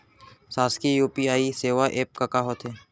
शासकीय यू.पी.आई सेवा एप का का होथे?